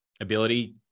ability